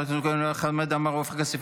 חברי הכנסת חמד עמאר ועופר כסיף,